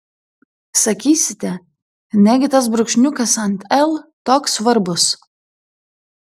sakysite negi tas brūkšniukas ant l toks svarbus